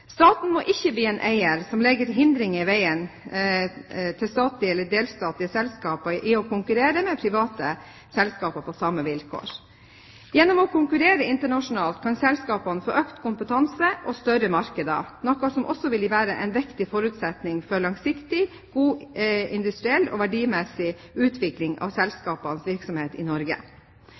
Staten må ikke bli en eier som legger hindringer i veien for statlige eller delstatlige selskaper til å konkurrere med private selskaper på samme vilkår. Gjennom å konkurrere internasjonalt kan selskapene få økt kompetanse og større markeder, noe som også vil kunne være en viktig forutsetning for langsiktig, god industriell og verdimessig utvikling av selskapenes virksomhet i Norge.